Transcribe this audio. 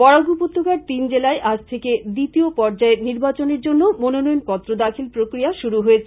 বরাক উপত্যকায় তিন জেলায় আজ থেকে দ্বিতীয় পর্যায়ের নির্বাচনের জন্য মনোনয়নপত্র দাখিল প্রক্রিয়া শুরু হয়েছে